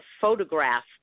photograph